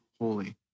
holy